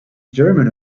german